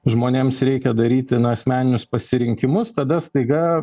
žmonėms reikia daryti na asmeninius pasirinkimus tada staiga